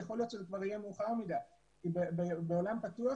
יכול להיות שזה יהיה מאוחר מדי כי זה עולם פתוח,